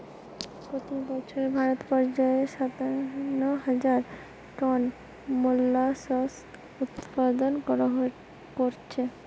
পোতি বছর ভারত পর্যায়ে সাতান্ন হাজার টন মোল্লাসকস উৎপাদন কোরছে